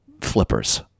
flippers